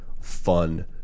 fun